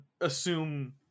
assume